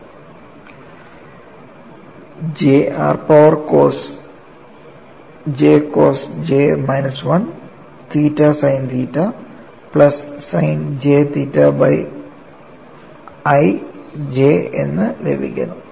j r power j cos j minus 1 theta sine theta plus sine j theta by j എന്ന് ലഭിക്കുന്നു